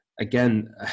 Again